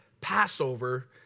Passover